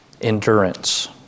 Endurance